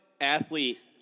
athlete